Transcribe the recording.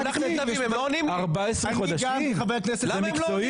למה הם לא ענו?